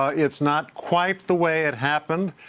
ah it's not quite the way it happened.